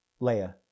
Leia